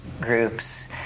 groups